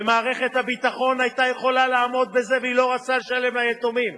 מערכת הביטחון היתה יכולה לעמוד בזה והיא לא רצתה לשלם ליתומים.